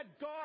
God